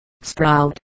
Sprout